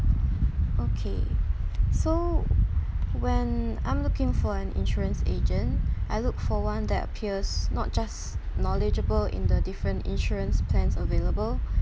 okay so when I'm looking for an insurance agent I look for one that appears not just knowledgeable in the different insurance plans available